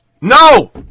No